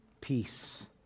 peace